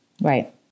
Right